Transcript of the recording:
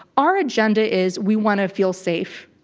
our agenda is we want to feel safe.